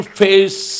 face